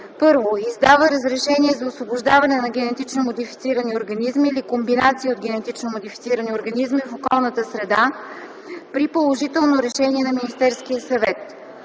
1. издава разрешение за освобождаване на генетично модифицирани организми или комбинация от генетично модифицирани организми в околната среда при положително решение на Министерския съвет;